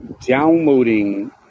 downloading